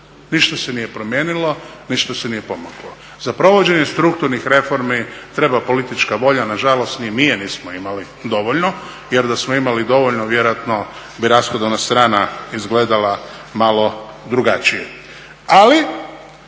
Ništa se nije promijenilo, ništa se nije pomaklo. Za provođenje strukturnih reformi treba politička volja, nažalost ni mi je nismo imali dovoljno jer da smo je imali dovoljno, vjerojatno bi rashodovna strana izgledala malo drugačije. Ali